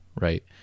right